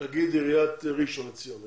נגיד עיריית ראשון לציון,